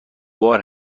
بار